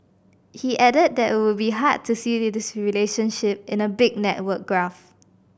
he added that it would be hard to see this relationship in a big network graph